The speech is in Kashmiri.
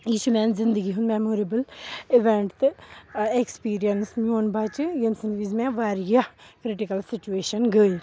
یہِ چھُ میٛانہِ زِندگی ہُنٛد میموریبٕل اِوٮ۪نٹ تہٕ ایکسپیٖرینٕس میون بَچہِ ییٚمہِ سٕنٛدۍ وِزِ مےٚ واریاہ کِرٛٹِکَل سُچویشَن گٔے